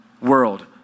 world